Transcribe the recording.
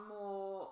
more